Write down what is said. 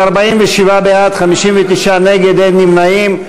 47 בעד, 59 נגד, אין נמנעים.